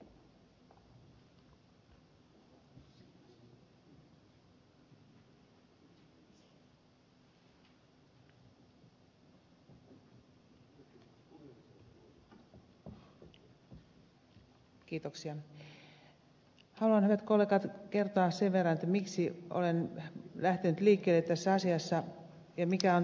haluan hyvät kollegat kertoa sen verran miksi olen lähtenyt liikkeelle tässä asiassa ja mikä on taustani